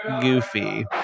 goofy